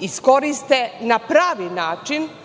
iskoriste na pravi način,